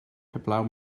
heblaw